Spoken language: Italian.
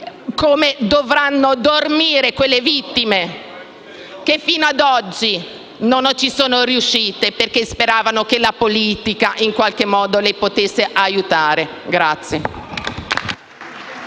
come dovranno dormire quelle vittime che fino ad oggi non ci sono riuscite, perché speravano che la politica in qualche modo le potesse aiutare.